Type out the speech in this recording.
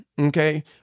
Okay